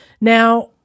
Now